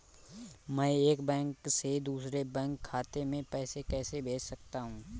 मैं एक बैंक से दूसरे बैंक खाते में पैसे कैसे भेज सकता हूँ?